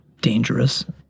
dangerous